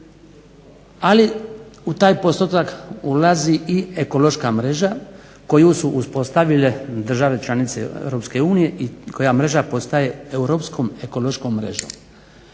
Ali u taj postotak ulazi i ekološka mreža koju su uspostavile države članice Europske unije i koja mreža postaje europskom ekološkom mrežom.